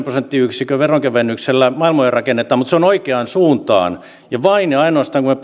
prosenttiyksikön veronkevennyksellä maailmoja rakenneta mutta se on oikeaan suuntaan vain ja ainoastaan kun me